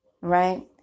right